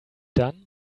done